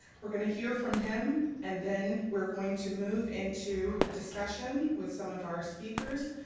we're going to hear from him, and then we're going to move into a discussion with some of our speakers,